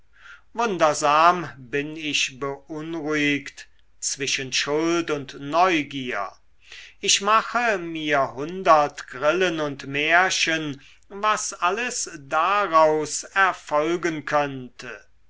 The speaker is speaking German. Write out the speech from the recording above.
wundersam bin ich beunruhigt zwischen schuld und neugier ich mache mir hundert grillen und märchen was alles daraus erfolgen könnte